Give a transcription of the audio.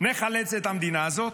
מחלץ את המדינה הזאת.